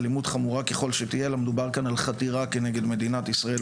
חמור ככל שיהיה אלא מדובר כאן על חתירה כנגד מדינת ישראל,